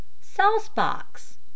Saucebox